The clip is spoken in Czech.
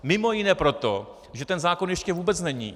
Mimo jiné proto, že zákon ještě vůbec není.